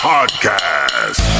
Podcast